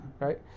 Right